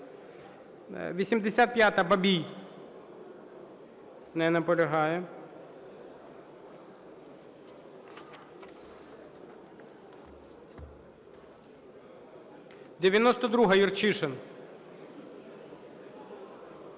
85-а, Бабій. Не наполягає. 92-а, Юрчишин.